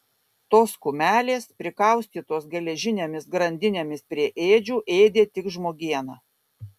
tos kumelės prikaustytos geležinėmis grandinėmis prie ėdžių ėdė tik žmogieną